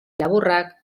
laburrak